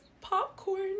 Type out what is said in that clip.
Popcorn